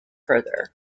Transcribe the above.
further